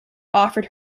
offered